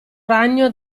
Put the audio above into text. ragno